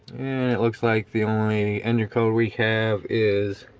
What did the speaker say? and it looks like the only enter code we have is